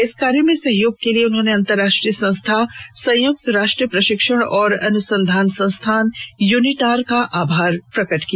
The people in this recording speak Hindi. इस कार्य में सहयोग के लिए उन्होंने अंतर्राष्ट्रीय संस्था संयुक्त राष्ट्र प्रशिक्षण और अनुसंधान संस्थान यूनिटार का आभार प्रकट किया